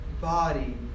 body